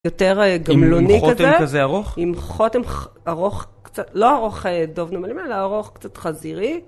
יותר גמלוני כזה. עם חותם כזה ארוך? עם חותם ארוך קצת, לא ארוך טוב נו אלא ארוך קצת חזירי.